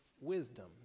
wisdom